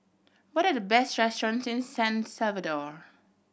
what are the best restaurants in San Salvador